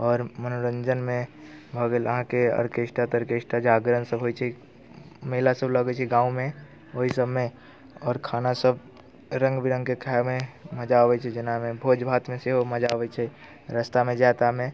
आओर मनोरञ्जनमे भऽ गेल अहाँके आर्केस्टा तार्केस्टा जागरण सभ होइ छै मेला सभ लगै छै गाँवमे ओइ सभमे आओर खाना सभ रङ्ग बिरङ्गके खाइमे मजा अबै छै जेनामे भोज भातमे सेहो मजा अबै छै रस्तामे जाइ ताइमे